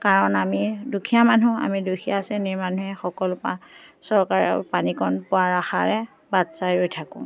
কাৰণ আমি দুখীয়া মানুহ আমি দুখীয়া শ্ৰেণীৰ মানুহে সকলোৰ পৰা চৰকাৰৰ পানীকণ পোৱাৰ আশাৰে বাট চাই ৰৈ থাকোঁ